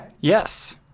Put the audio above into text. Yes